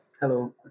Hello